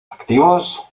activos